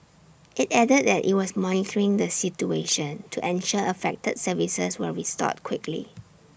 IT added that IT was monitoring the situation to ensure affected services were restored quickly